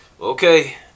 okay